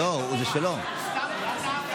לא, אתה כבר הצגת בפעם שעברה.